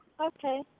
Okay